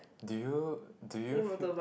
do you do you feel